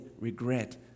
regret